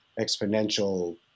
exponential